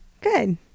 good